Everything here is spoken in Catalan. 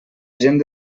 gent